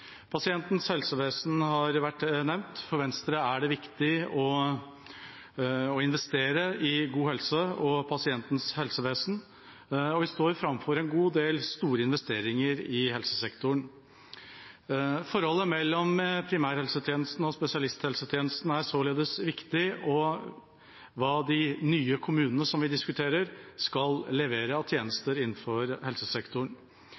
Pasientens helsevesen har vært nevnt. For Venstre er det viktig å investere i god helse og pasientens helsevesen. Vi står framfor en god del store investeringer i helsesektoren. Forholdet mellom primærhelsetjenesten og spesialisthelsetjenesten er således viktig – hva de nye kommunene som vi diskuterer, skal levere av tjenester innen helsesektoren.